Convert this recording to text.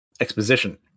Exposition